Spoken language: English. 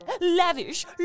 lavish